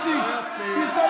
לא שואל